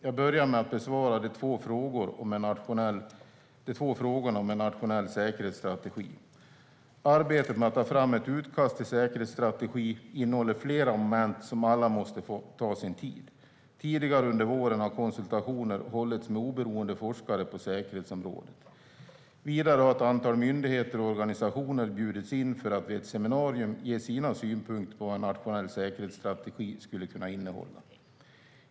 Jag börjar med att besvara de två frågorna om en nationell säkerhetsstrategi. Arbetet med att ta fram ett utkast till säkerhetsstrategi innehåller flera moment som alla måste få ta sin tid. Tidigare under våren har konsultationer hållits med oberoende forskare på säkerhetsområdet. Vidare har ett antal myndigheter och organisationer bjudits in för att vid ett seminarium ge sina synpunkter på vad en nationell säkerhetsstrategi skulle kunna innehålla.